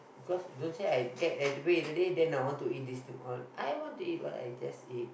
because don't say I dead have to wait already then I want to eat this or what I want to eat what I just eat